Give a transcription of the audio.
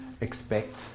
expect